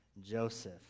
Joseph